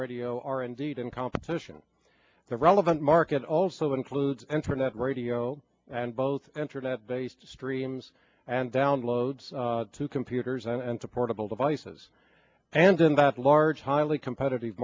radio are indeed in competition the relevant market also include internet radio and both internet based streams and downloads to computers and to portable devices and in that large highly competitive